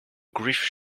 grief